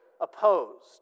opposed